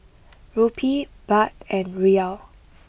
Rupee Baht and Riyal